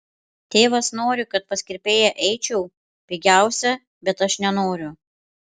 tėvas nori kad pas kirpėją eičiau pigiausia bet aš nenoriu